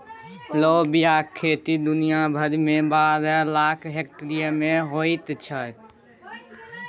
लोबियाक खेती दुनिया भरिमे बारह लाख हेक्टेयर मे होइत छै